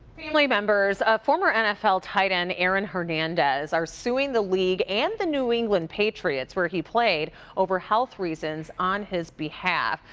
family members of former nfl tight end aaron hernandez are suing the league and the new england patriots where he played over health reasons on his behalf.